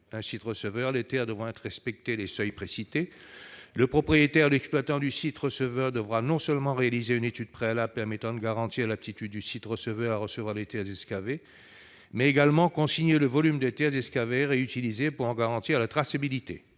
un site receveur, les terres devront respecter les seuils précités. Le propriétaire ou l'exploitant du site receveur devra non seulement réaliser une étude préalable permettant de garantir l'aptitude du site receveur à recevoir les terres excavées, mais également consigner le volume des terres excavées réutilisées pour en garantir la traçabilité.